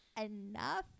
enough